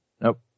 Nope